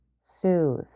soothe